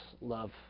love